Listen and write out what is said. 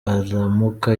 aramuka